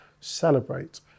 celebrate